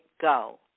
go